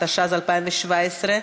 התשע"ז 2017,